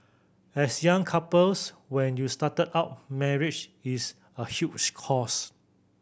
as young couples when you started out marriage is a huge cost